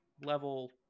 level